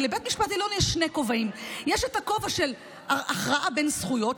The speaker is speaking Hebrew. כי לבית משפט העליון יש שני כובעים: יש את הכובע של ההכרעה בין זכויות,